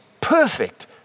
perfect